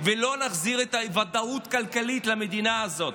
ולא נחזיר את הוודאות הכלכלית למדינה הזאת,